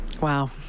Wow